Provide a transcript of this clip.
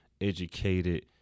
educated